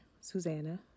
Susanna